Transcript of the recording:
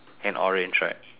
and orange right